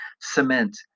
cement